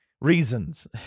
reasons